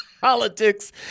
Politics